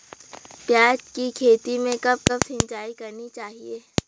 प्याज़ की खेती में कब कब सिंचाई करनी चाहिये?